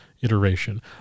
iteration